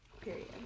period